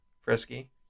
Frisky